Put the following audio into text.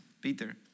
Peter